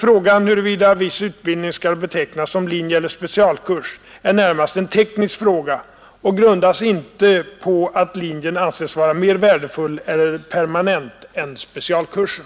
brägan huruvida viss utbildning skall betecknas som linje eller specialkurs är närmast en teknisk fraga och grundas inte på att linjen anses vara mer värdefull eller permanent än specialkursen.